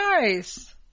Nice